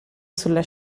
sulla